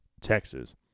Texas